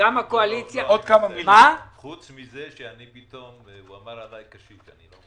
חוץ מזה שהוא קרא לי קשיש.